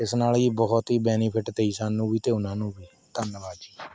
ਇਸ ਨਾਲ ਜੀ ਬਹੁਤ ਹੀ ਬੈਨੀਫਿੱਟ ਤੇ ਜੀ ਸਾਨੂੰ ਵੀ ਅਤੇ ਉਹਨਾਂ ਨੂੰ ਵੀ ਧੰਨਵਾਦ ਜੀ